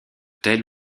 telle